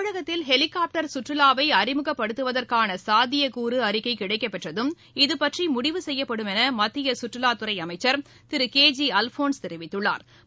தமிழகத்தில் ஹெலிகாப்டர் சுற்றுலாவைஅறிமுகப்படுத்துவதற்கானசாத்தியக்கூறுஅறிக்கைகிடைக்கப்பெற்றதும் இக பற்றிமுடிவு செய்யப்படும் எனமத்தியகற்றுலாத்துறைஅமைக்கள் திருகே ஜி அல்போன்ஸ் தெரிவித்துள்ளாா்